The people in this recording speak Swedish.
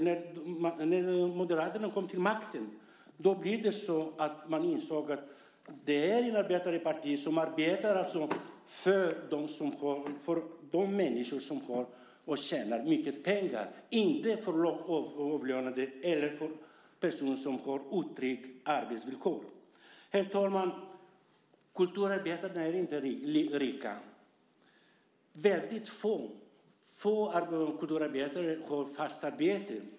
När Moderaterna kom till makten insåg man att det är ett arbetarparti som arbetar för de människor som tjänar mycket pengar och inte för lågavlönade eller för personer som har otrygga arbetsvillkor. Herr talman! Kulturarbetarna är inte rika. Väldigt få kulturarbetare har fast arbete.